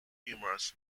humorous